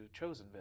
Chosenville